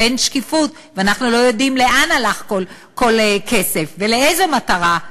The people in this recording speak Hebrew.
ואין שקיפות ואנחנו לא יודעים לאן הלך כל כסף ולאיזו מטרה,